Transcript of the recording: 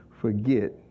forget